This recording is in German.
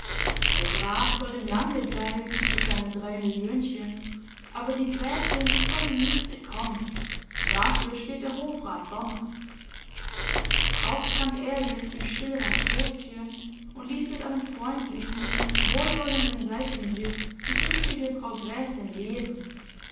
der graf soll dem lande bleiben mit seinen drei milliönchen aber die gräfin soll ihn nicht bekommen dafür steht der hofrat berner auch trank er jetzt im stillen ein toastchen und ließ mit einem freundlichen wohlwollenden seitenblick die künftige frau gräfin leben